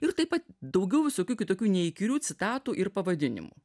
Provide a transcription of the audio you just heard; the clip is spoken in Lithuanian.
ir taip pat daugiau visokių kitokių neįkyrių citatų ir pavadinimų